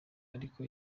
ariko